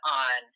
on